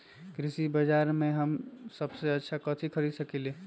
कृषि बाजर में हम सबसे अच्छा कथि खरीद सकींले?